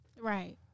Right